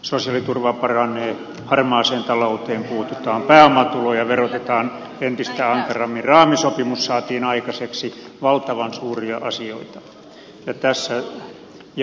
sosiaaliturva paranee harmaaseen talouteen puututaan pääomatuloja verotetaan entistä ankarammin raamisopimus saatiin aikaiseksi valtavan suuria asioita